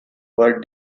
were